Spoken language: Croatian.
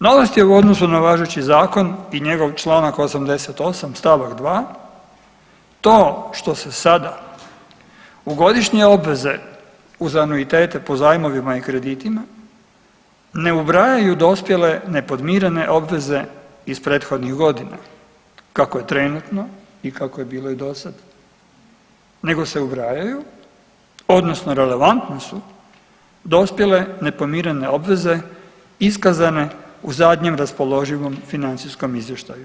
Novost je u odnosu na važeći Zakon i njegov čl. 88 st. 2. To što se sada u godišnje obveze uz anuitete po zajmovima i kreditima ne ubrajaju dospjele nepodmirene obveze iz prethodnih godina, kako je trenutno i kako je bilo i dosad, nego se ubrajaju, odnosno relevantne su dospjele nepodmirene obveze iskazane u zadnjem raspoloživom financijskom izvještaju.